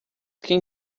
quem